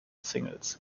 singles